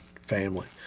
family